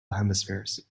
hemispheres